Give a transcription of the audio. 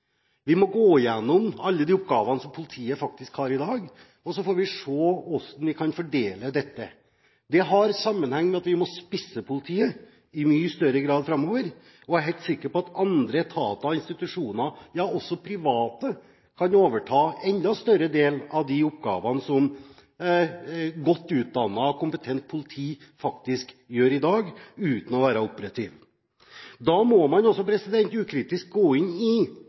Vi må gå gjennom alle de oppgavene som politiet faktisk har i dag, og så får vi se hvordan vi kan fordele dem. Det har sammenheng med at vi må «spisse» politiet i mye større grad framover, og jeg er helt sikker på at andre etater og institusjoner, også private, kan overta en enda større del av de oppgavene som godt utdannet og kompetent politi faktisk gjør i dag uten å være operative. Da må man også kritisk gå inn i